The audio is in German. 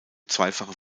zweifache